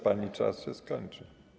Pani czas się skończył.